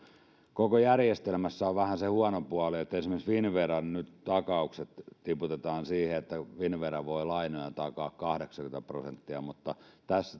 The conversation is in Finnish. koko järjestelmässä on vähän se huono puoli että nyt esimerkiksi finnveran takaukset tiputetaan siihen että finnvera voi lainoja taata kahdeksankymmentä prosenttia mutta